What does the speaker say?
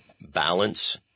balance